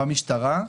עם המשטרה,